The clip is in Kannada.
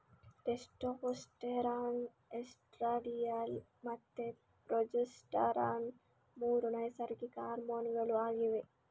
ಟೆಸ್ಟೋಸ್ಟೆರಾನ್, ಎಸ್ಟ್ರಾಡಿಯೋಲ್ ಮತ್ತೆ ಪ್ರೊಜೆಸ್ಟರಾನ್ ಮೂರು ನೈಸರ್ಗಿಕ ಹಾರ್ಮೋನುಗಳು ಆಗಿವೆ